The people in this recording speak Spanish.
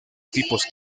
tipos